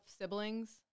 siblings